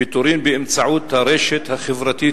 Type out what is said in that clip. פיטורים באמצעות הרשת החברתית,